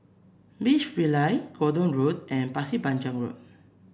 Beach Villas Gordon Road and Pasir Panjang Road